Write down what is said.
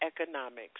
economics